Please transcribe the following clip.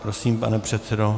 Prosím, pane předsedo.